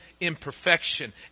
imperfection